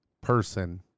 person